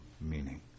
meaning